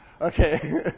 Okay